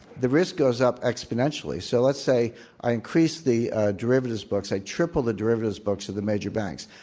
the risk goes up exponentially. so, let's say i increase the derivatives books i triple the derivatives books at the major banks,